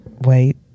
wait